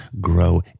grow